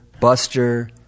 Buster